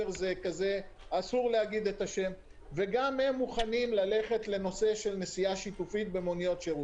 וגם הם מוכנים ללכת לנושא של נסיעה שיתופיות במוניות שירות.